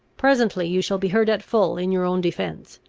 presently you shall be heard at full in your own defence.